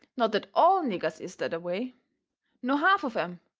not that all niggers is that-a-way, nor half of em,